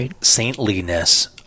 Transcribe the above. saintliness